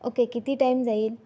okay किती time जाईल